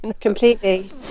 Completely